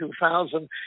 2000